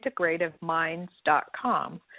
integrativeminds.com